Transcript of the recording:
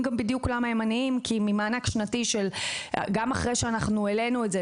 הם עניים כי גם אחרינו שהעלינו אותו,